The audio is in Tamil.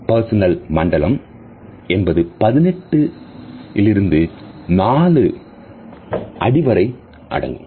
பர்சனல் மண்டலம் என்பது 18 இன்றிலிருந்து 4 அடிவரை அடங்கும்